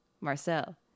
Marcel